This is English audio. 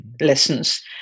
lessons